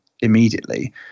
immediately